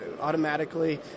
automatically